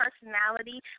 personality